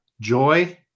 joy